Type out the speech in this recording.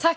Fru